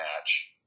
match